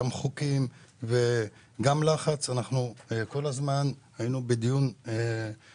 גם חוקים וגם לחץ ואנחנו כל הזמן היינו בקשר